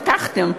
הבטחתם.